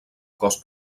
cos